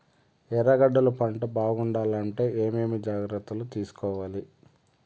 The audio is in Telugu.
ఎర్రగడ్డలు పంట బాగుండాలంటే ఏమేమి జాగ్రత్తలు తీసుకొవాలి?